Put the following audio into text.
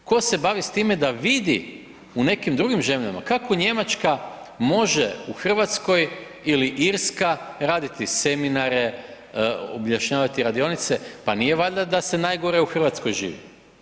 Tko se bavi s time da vidi u nekim drugim zemljama, kako Njemačka može u Hrvatskoj, ili Irska raditi seminare, objašnjavati radionice, pa nije valjda da se najgore u Hrvatskoj živi.